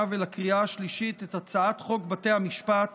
ולקריאה השלישית את הצעת חוק בתי המשפט